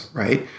right